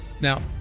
Now